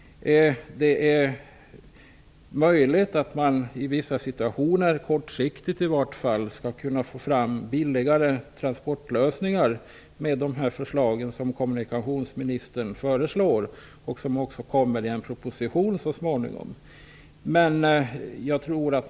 Det är möjligt att man i vissa situationer i varje fall kortsiktigt skall kunna få fram billigare transportlösningar med kommunikationsministerns förslag, som så småningom skall framläggas i en proposition.